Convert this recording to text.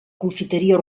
confiteria